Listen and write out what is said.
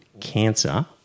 cancer